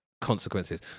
consequences